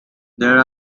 there